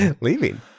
leaving